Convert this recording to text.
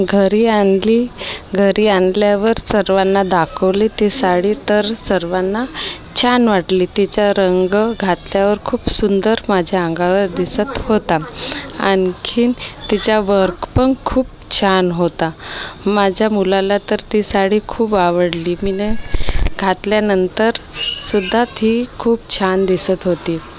घरी आणली घरी आणल्यावर सर्वांना दाखवली ती साडी तर सर्वांना छान वाटली तिचा रंग घातल्यावर खूप सुंदर माझ्या अंगावर दिसत होता आणखीन तिचा वर्क पण खूप छान होता माझ्या मुलाला तर ती साडी खूप आवडली मिने घातल्यानंतर सुद्धा ती खूप छान दिसत होती